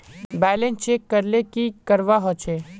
Balance check करले की करवा होचे?